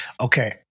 Okay